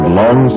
long